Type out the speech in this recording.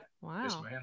wow